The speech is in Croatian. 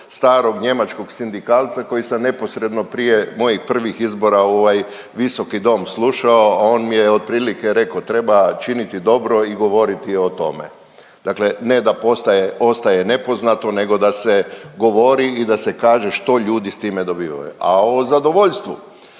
starog njemačkog sindikalca koji sam neposredno prije mojih prvih izbora u ovaj visoki dom slušao, a on mi je otprilike reko treba činiti dobro i govoriti o tome, dakle ne da postoje ostaje nepoznato nego da se govori i da se kaže što ljudi s time dobivaju. A o zadovoljstvu,